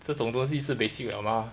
这种东西是 basic liao 吗